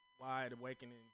wide-awakening